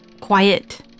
quiet